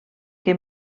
que